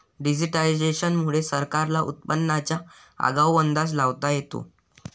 digitisation मुळे सरकारला उत्पादनाचा आगाऊ अंदाज लावता येतो